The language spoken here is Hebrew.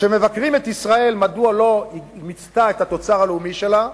כשמבקרים את ישראל מדוע לא מיצתה את התוצר הלאומי שלה,